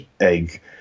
egg